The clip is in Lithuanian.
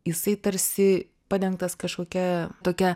jisai tarsi padengtas kažkokia tokia